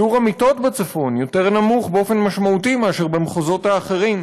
שיעור המיטות בצפון יותר נמוך באופן משמעותי מאשר במחוזות אחרים.